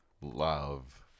love